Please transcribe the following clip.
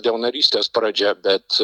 dėl narystės pradžia bet